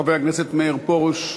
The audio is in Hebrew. חבר הכנסת מאיר פרוש?